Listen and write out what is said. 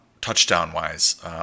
touchdown-wise